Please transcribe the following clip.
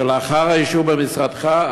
זה לאחר האישור במשרדך,